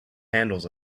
handles